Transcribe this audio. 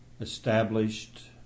established